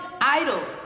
idols